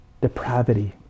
depravity